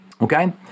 Okay